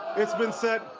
it's been said,